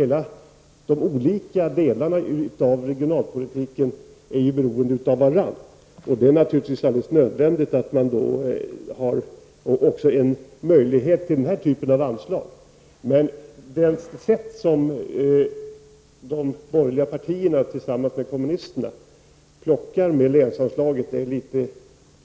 Alla de olika delarna av regionalpolitiken är beroende av varandra, och det är naturligtvis helt nödvändigt att den här typen av anslag finns. De borgerliga partiernas och kommunisternas sätt att plocka med länsanslaget är litet